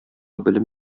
белем